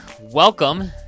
welcome